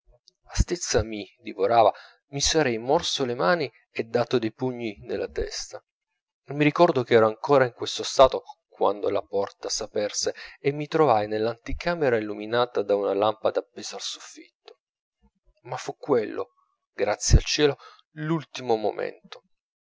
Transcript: stizza mi divorava mi sarei morso le mani e dato dei pugni nella testa e mi ricordo ch'ero ancora in questo stato quando la porta s'aperse e mi trovai nell'anticamera illuminata da una lampada appesa al soffitto ma fu quello grazie al cielo l'ultimo momento